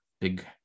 big